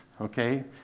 okay